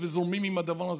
וזורמים עם הדבר הזה.